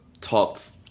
talks